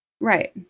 Right